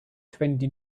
twenty